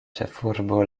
ĉefurbo